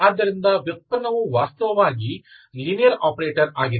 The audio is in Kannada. ಆದ್ದರಿಂದ ವ್ಯುತ್ಪನ್ನವು ವಾಸ್ತವವಾಗಿ ಲೀನಿಯರ್ ಆಪರೇಟರ್ ಆಗಿದೆ